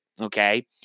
Okay